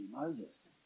Moses